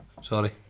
Sorry